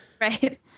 Right